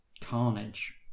carnage